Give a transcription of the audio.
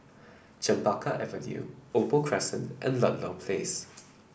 Chempaka Avenue Opal Crescent and Ludlow Place